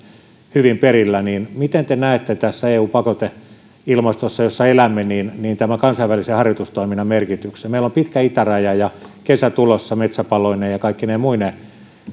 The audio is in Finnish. hyvin perillä niin miten te näette tässä eu pakoteilmastossa jossa elämme tämän kansainvälisen harjoitustoiminnan merkityksen meillä on pitkä itäraja ja kesä tulossa metsäpaloineen ja kaikkine muineen